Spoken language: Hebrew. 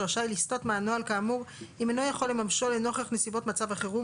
רשאי לסטות מהנוהל כאמור אם אינו יכול לממשו לנוכח נסיבות מצב החירום,